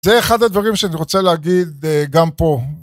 זה אחד הדברים שאני רוצה להגיד גם פה.